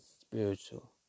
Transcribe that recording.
spiritual